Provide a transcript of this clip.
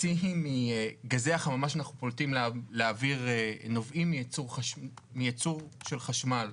חצי מגזי החממה שאנחנו פולטים לאוויר נובעים מייצור של חשמל.